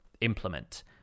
implement